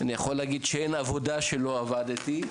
אני יכול להגיד שאין עבודה שלא עבדתי בה.